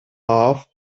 half